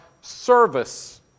service